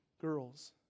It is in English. girls